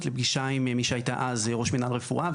לפגישה עם מי שהייתה אז ראש מנהל רפואה,